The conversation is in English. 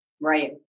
Right